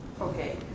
okay